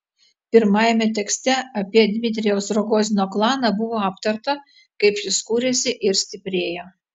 pirmajame tekste apie dmitrijaus rogozino klaną buvo aptarta kaip jis kūrėsi ir stiprėjo